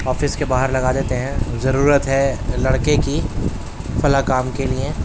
office کے باہر لگا دیتے ہیں ضرورت ہے لڑکے کی فلاں کام کے لئے